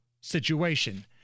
situation